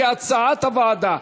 כהצעת הוועדה.